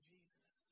Jesus